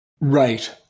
Right